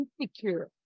insecure